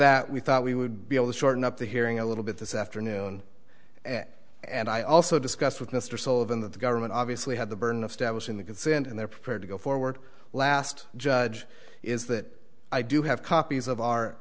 that we thought we would be able to shorten up the hearing a little bit this afternoon and i also discussed with mr sullivan that the government obviously had the burden of stablish in the consent and they're prepared to go forward last judge is that i do have copies of